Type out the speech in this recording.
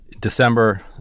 December